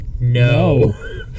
No